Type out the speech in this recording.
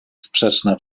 sprzeczna